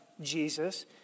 Jesus